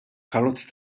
karozza